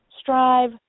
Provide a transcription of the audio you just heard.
strive